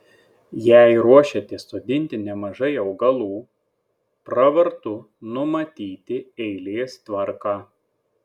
jei ruošiatės sodinti nemažai augalų pravartu numatyti eilės tvarką